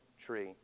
tree